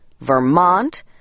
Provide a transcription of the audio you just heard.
Vermont